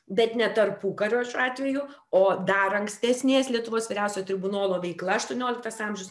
bet ne tarpukario šiuo atveju o dar ankstesnės lietuvos vyriausiojo tribunolo veikla aštuonioliktas amžius